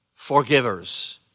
forgivers